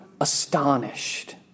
astonished